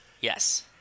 Yes